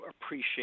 appreciate